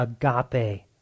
agape